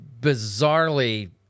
bizarrely